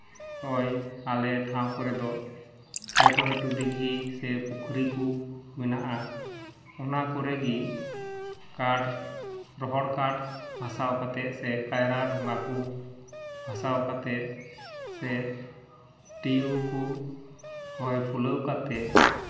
ᱱᱚᱜᱼᱚᱸᱭ ᱟᱞᱮ ᱴᱷᱟᱶ ᱠᱚᱨᱮᱜ ᱫᱚ ᱞᱟᱹᱴᱩ ᱞᱟᱹᱴᱩ ᱫᱤᱜᱷᱤ ᱥᱮ ᱯᱩᱠᱷᱨᱤ ᱠᱚ ᱢᱮᱱᱟᱜᱼᱟ ᱚᱱᱟ ᱠᱚᱨᱮ ᱜᱮ ᱠᱟᱴ ᱨᱚᱦᱚᱲ ᱠᱟᱴ ᱵᱷᱟᱥᱟᱣ ᱠᱟᱛᱮᱫ ᱥᱮ ᱠᱟᱭᱨᱟ ᱰᱷᱚᱸᱜᱟ ᱠᱚ ᱵᱷᱟᱥᱟᱣ ᱠᱟᱛᱮᱫ ᱥᱮ ᱴᱤᱭᱩ ᱠᱚ ᱦᱚᱭ ᱯᱷᱩᱞᱟᱹᱣ ᱠᱟᱛᱮᱫ